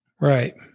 Right